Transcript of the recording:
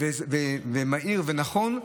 מהיר ונכון,